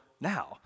now